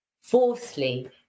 Fourthly